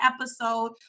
episode